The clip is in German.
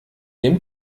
dem